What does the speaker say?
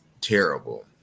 terrible